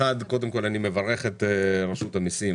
אחד, אני מברך את רשות המיסים